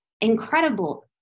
incredible